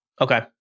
Okay